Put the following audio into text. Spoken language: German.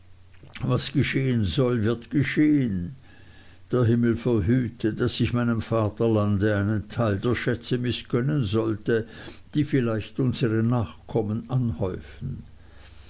was geschehen soll wird geschehen der himmel verhüte daß ich meinem vaterlande einen teil der schätze mißgönnen sollte die vielleicht unsere nachkommen anhäufen